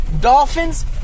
dolphins